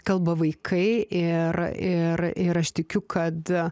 kalba vaikai ir ir ir aš tikiu kad a